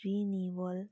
renewal